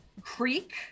Creek